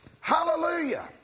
Hallelujah